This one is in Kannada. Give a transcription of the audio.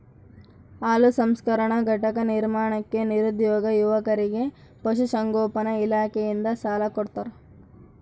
ಹಾಲು ಸಂಸ್ಕರಣಾ ಘಟಕ ನಿರ್ಮಾಣಕ್ಕೆ ನಿರುದ್ಯೋಗಿ ಯುವಕರಿಗೆ ಪಶುಸಂಗೋಪನಾ ಇಲಾಖೆಯಿಂದ ಸಾಲ ಕೊಡ್ತಾರ